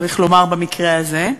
במקרה הזה.